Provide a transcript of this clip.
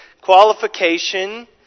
qualification